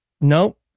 Nope